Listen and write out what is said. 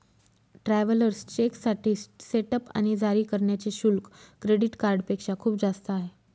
travellers चेकसाठी setup आणि जारी करण्याचे शुल्क क्रेडिट कार्डपेक्षा खूप जास्त आहे